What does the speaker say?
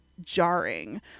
jarring